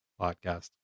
Podcast